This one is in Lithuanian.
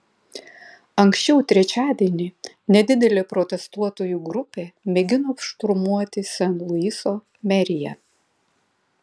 anksčiau trečiadienį nedidelė protestuotojų grupė mėgino šturmuoti sen luiso meriją